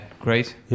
Great